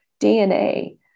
DNA